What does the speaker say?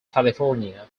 california